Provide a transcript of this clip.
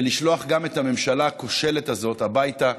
לשלוח גם את הממשלה הכושלת הזאת הביתה.